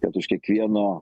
kad už kiekvieno